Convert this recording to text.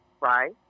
Right